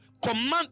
command